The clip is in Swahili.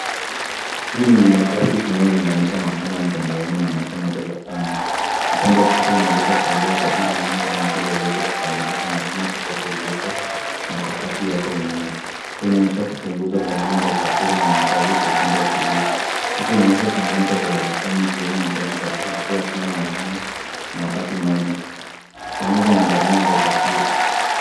Hii ni infographic inayolinganisha masomo ya mtandaoni na masomo ya darasani. Upande wa kushoto unaeleza faida za e-learning kama vile uwezo wa kukamilisha masomo popote uliopo na kwa kasi yako mwenyewe. Pia inaonyesha kupunguza gharama za usafiri na makazi. Kwa upande wa kulia, picha inaonyesha changamoto za darasani ikiwemo hitaji za- la kuwa kila mahali na wakati mmoja pamoja na gharama za usafiri.